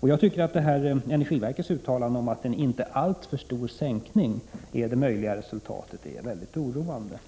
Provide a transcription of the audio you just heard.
Jag tycker att energiverkets uttalande om en inte alltför stor sänkning av elsäkerheten som det möjliga resultatet är oroande.